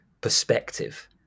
perspective